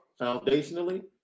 foundationally